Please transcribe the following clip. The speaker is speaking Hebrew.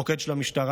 המוקד של המשטרה,